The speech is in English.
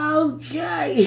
okay